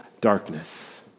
darkness